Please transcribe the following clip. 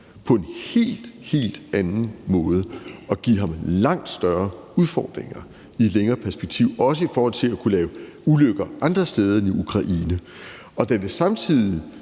på en helt, helt anden måde og give ham langt større udfordringer i et længere perspektiv. Det gælder også i forhold til at kunne lave ulykker andre steder end i Ukraine. Og da det samtidig